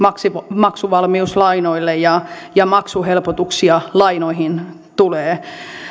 maksuvalmiuslainoille ja ja maksuhelpotuksia lainoihin tulee